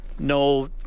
no